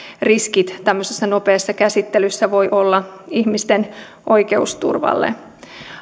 riskit tämmöisessä nopeassa käsittelyssä voi olla ihmisten oikeusturvalle